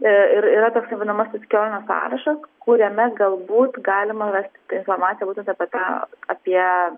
ir yra tas vadinamasis kiolno sąrašas kuriame galbūt galima rasti tą informaciją būtent apie tą apie